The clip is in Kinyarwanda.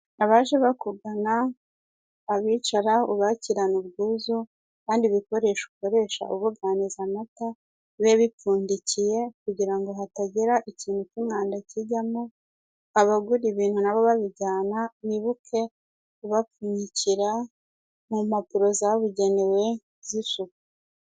Abaje bakugana abicara ubakirane ubwuzu, kandi ibikoresho ukoresha ubuganiza amata bibe bipfundikiye kugira ngo hatagira ikintu cy'umwanda kijyamo, abagura ibintu na bo babijyana mwibuke kubapfunyikira mu mpapuro zabugenewe z'isuku.